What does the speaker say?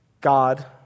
God